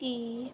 ਕੀ